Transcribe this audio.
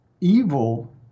evil